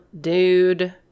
dude